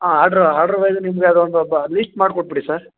ಆಂ ಆಡ್ರ್ order wise ನಿಮಗೆ ಅದೊಂದು ಬ ಲೀಸ್ಟ್ ಮಾಡ್ಕೊಟ್ಬಿಡಿ ಸರ್